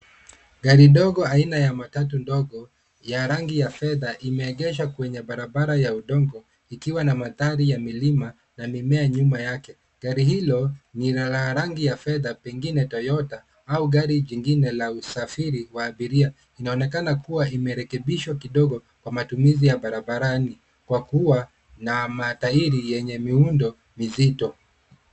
Gari dogo aina ya matatu dogo ya rangi ya fedha imeegeshwa kwenye barabara ya udongo ikiwa na mandhari ya milima na mimea nyuma yake. Gari hilo ni la rangi ya fedha pengine Toyota au gari lingine la usafiri wa abiria. Inaonekana kuwa imerekebishwa kidogo kwa matumizi ya barabarani. Kwa kuwa na matairi yenye miundo mizito.